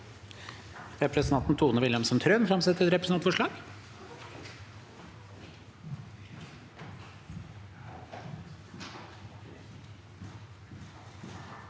Representanten Tone Wil- helmsen Trøen vil framsette et representantforslag.